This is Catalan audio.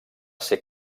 ser